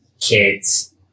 kids